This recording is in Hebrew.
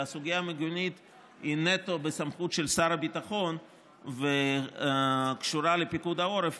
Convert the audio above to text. והסוגיה המיגונית היא נטו בסמכות של שר הביטחון וקשורה לפיקוד העורף,